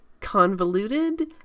convoluted